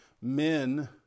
men